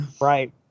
Right